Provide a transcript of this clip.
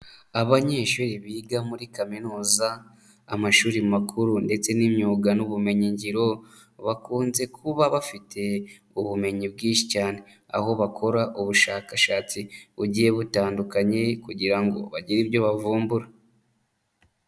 Abanyeshuri biga muri kaminuza, amashuri makuru ndetse n'imyuga n'ubumenyingiro, bakunze kuba bafite ubumenyi bwinshi cyane, aho bakora ubushakashatsi bugiye butandukanye kugira ngo bagire ibyo bavumbura.